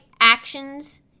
actions